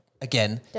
again